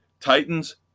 Titans